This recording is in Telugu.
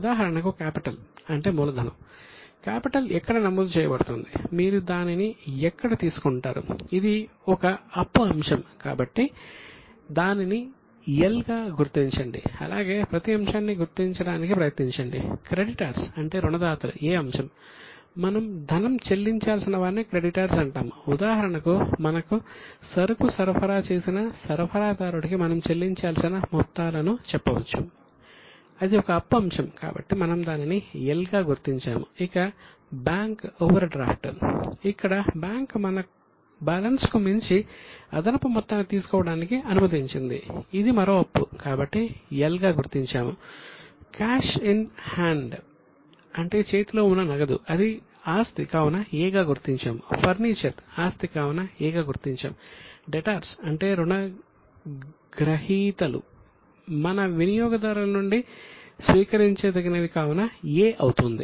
ఉదాహరణకు క్యాపిటల్ అంటే రుణగ్రహీతలు మన వినియోగదారుల నుండి స్వీకరించదగినవి కావున 'A' అవుతుంది